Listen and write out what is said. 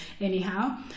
anyhow